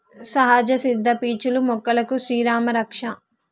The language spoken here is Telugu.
సహజ సిద్ద పీచులు మొక్కలకు శ్రీరామా రక్ష